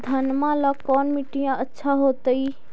घनमा ला कौन मिट्टियां अच्छा होतई?